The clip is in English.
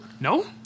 No